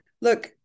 look